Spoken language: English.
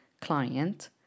client